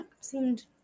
seemed